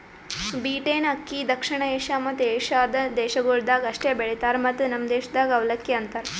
beaten ಅಕ್ಕಿ ದಕ್ಷಿಣ Asia ಮತ್ತ ಏಷ್ಯಾದ ದೇಶಗೊಳ್ದಾಗ್ ಅಷ್ಟೆ ಬೆಳಿತಾರ್ ಮತ್ತ ನಮ್ ದೇಶದಾಗ್ ಅವಲಕ್ಕಿ ಅಂತರ್